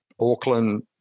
Auckland